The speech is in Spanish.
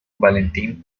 valentín